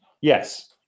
Yes